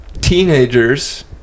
teenagers